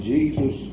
Jesus